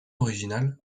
originale